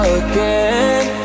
again